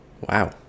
Wow